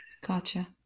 Gotcha